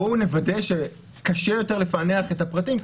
בואו נוודא שקשה יותר לפענח את הפרטים.